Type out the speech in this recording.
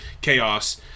chaos